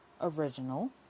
original